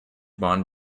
bond